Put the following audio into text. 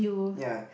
ya